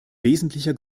wesentlicher